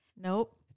Nope